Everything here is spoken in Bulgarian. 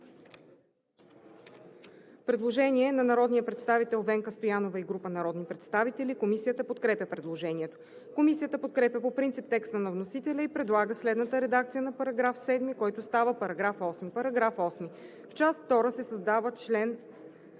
предложение на народния представител Венка Стоянова и група народни представители. Комисията подкрепя предложението. Комисията подкрепя по принцип текста на вносителя и предлага следната редакция на § 7, който става § 8: „§ 8. В част втора се създават чл.